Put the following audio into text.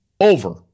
Over